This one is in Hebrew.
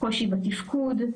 קושי בתפקוד.